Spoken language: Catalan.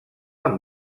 amb